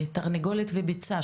תרנגולת וביצה,